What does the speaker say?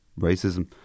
racism